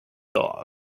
dog